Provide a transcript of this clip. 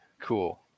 cool